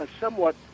somewhat